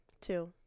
Two